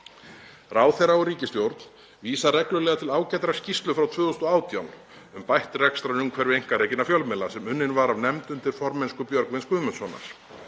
Ráðherra og ríkisstjórn vísa reglulega til ágætrar skýrslu frá 2018 um bætt rekstrarumhverfi einkarekinna fjölmiðla sem unnin var af nefnd undir formennsku Björgvins Guðmundssonar.